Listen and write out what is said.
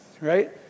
right